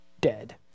dead